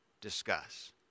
discuss